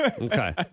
Okay